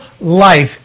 life